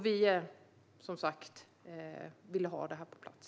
Vi vill ha det på plats.